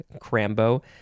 crambo